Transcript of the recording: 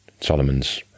Solomon's